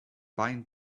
bind